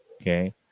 Okay